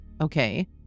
Okay